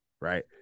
right